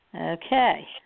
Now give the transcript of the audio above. Okay